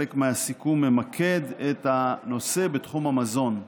חלק מהסיכום ממקד את הנושא בתחום המזון.